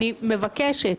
אני מבקשת,